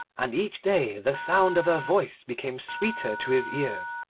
and each day the sound of her voice became sweeter to his ears.